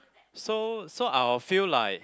so so I'll feel like